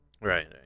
right